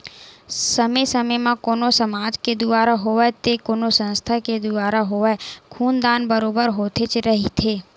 समे समे म कोनो समाज के दुवारा होवय ते कोनो संस्था के दुवारा होवय खून दान बरोबर होतेच रहिथे